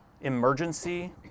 emergency